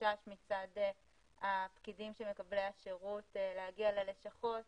חשש מצד הפקידים מקבלי השירות להגיע ללשכות.